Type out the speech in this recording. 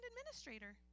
administrator